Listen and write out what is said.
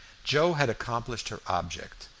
joe had accomplished her object,